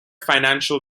financial